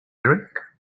drink